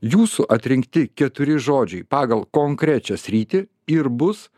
jūsų atrinkti keturi žodžiai pagal konkrečią sritį ir bus